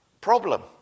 Problem